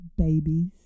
babies